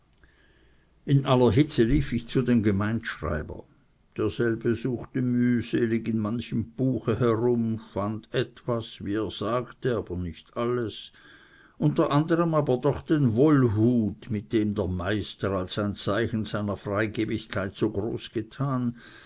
in aller hitze lief ich zu dem gemeindeschreiber derselbe suchte mühselig in manchem buche herum fand etwas wie er sagte aber nicht alles unter anderem aber doch den wollhut mit dem der meister als ein zeichen seiner freigebigkeit so groß getan